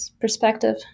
perspective